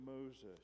Moses